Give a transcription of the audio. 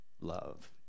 love